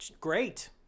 great